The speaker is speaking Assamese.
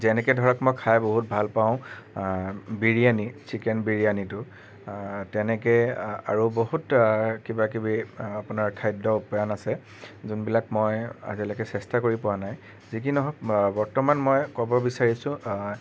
যেনেকে ধৰক মই খাই বহুত ভাল পাওঁ বিৰিয়ানী ছিকেন বিৰিয়ানীটো তেনেকৈ আৰু বহুত কিবাকিবি আপোনাৰ খাদ্য উপ্যায়ন আছে যোনবিলাক মই আজিলৈকে চেষ্টা কৰি পোৱা নাই যিকি নহওঁক বৰ্তমান মই ক'ব বিচাৰিছোঁ